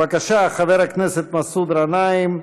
בבקשה, חבר הכנסת מסעוד גנאים.